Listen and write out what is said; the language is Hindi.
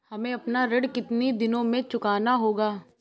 हमें अपना ऋण कितनी दिनों में चुकाना होगा?